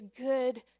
good